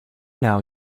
now